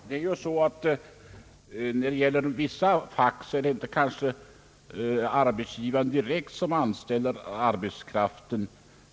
Herr talman! Inom vissa fack är det kanske inte arbetsgivaren direkt som anställer arbetskraften.